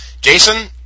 Jason